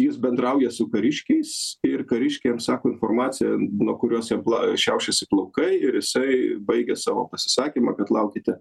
jis bendrauja su kariškiais ir kariškiai jam sako informaciją nuo kurios jam pla šiaušiasi plaukai ir jisai baigė savo pasisakymą kad laukite